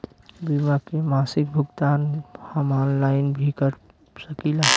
बीमा के मासिक भुगतान हम ऑनलाइन भी कर सकीला?